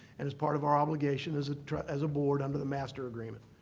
and it's part of our obligation as ah as a board under the master agreement.